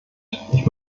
ich